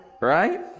Right